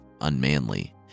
unmanly